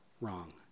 wrong